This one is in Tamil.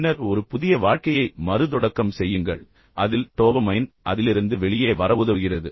பின்னர் ஒரு புதிய வாழ்க்கையை மறுதொடக்கம் செய்யுங்கள் அதில் டோபமைன் அதிலிருந்து வெளியே வர உதவுகிறது